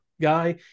guy